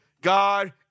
God